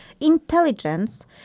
intelligence